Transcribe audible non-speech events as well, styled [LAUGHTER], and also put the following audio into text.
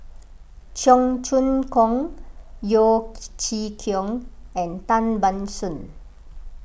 Cheong Choong Kong Yeo [UNINTELLIGIBLE] Chee Kiong and Tan Ban Soon